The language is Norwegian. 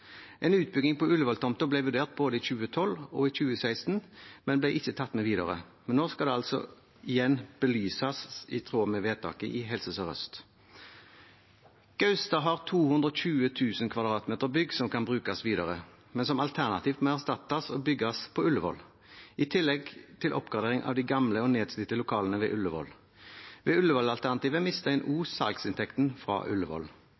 En utbygging på Ullevål-tomten ble vurdert i både 2012 og 2016, men ble ikke tatt med videre. Nå skal det altså igjen belyses i tråd med vedtaket i Helse Sør-Øst. Gaustad har 220 000 m 2 bygg som kan brukes videre, men som alternativt må erstattes og bygges på Ullevål – i tillegg til oppgradering av de gamle og nedslitte lokalene ved Ullevål. Ved Ullevål-alternativet mister en også salgsinntektene fra